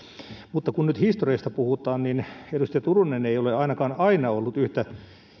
mutta kun nyt historiasta puhutaan niin edustaja turunen ei ole ainakaan aina ollut yhtä